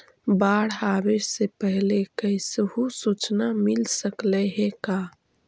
बाढ़ आवे से पहले कैसहु सुचना मिल सकले हे का?